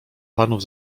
panów